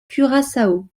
curaçao